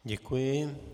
Děkuji.